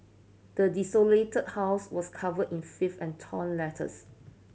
the desolated house was cover in filth and torn letters